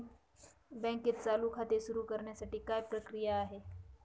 बँकेत चालू खाते सुरु करण्यासाठी काय प्रक्रिया आहे?